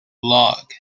locke